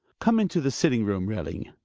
come into the sitting-room, railing.